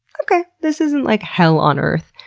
okay. this isn't like hell on earth,